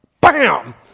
Bam